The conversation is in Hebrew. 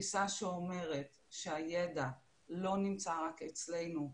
התפיסה שאומרת שהידע לא נמצא רק אצלנו,